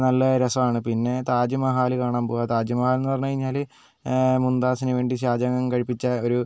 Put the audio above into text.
നല്ല രസമാണ് പിന്നെ താജ്മഹല് കാണാൻ പോവുക താജ്മഹാലെന്ന് പറഞ്ഞുകഴിഞ്ഞാൽ മുംതാസ്സിന് വേണ്ടി ഷാജഹാൻ കഴിപ്പിച്ച ഒരു